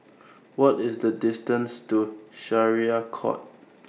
What IS The distance to Syariah Court